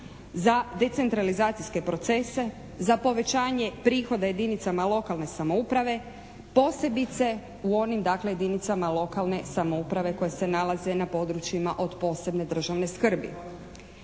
za decentralizacijske procese, za povećanje prihoda jedinicama lokalne samouprave, posebice u onim, dakle, jedinicama lokalne samouprave koje se nalaze na područjima od posebne državne skrbi.